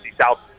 South